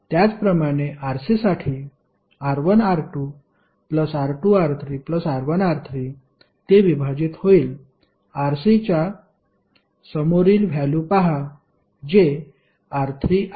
त्याचप्रमाणे Rc साठी R1R2R2R3R1R3 ते विभाजित होईल Rc च्या समोरील व्हॅल्यु पहा जे R3 आहे